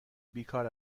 بیکار